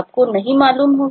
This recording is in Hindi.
आपको नहीं मालूम होगा